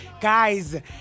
Guys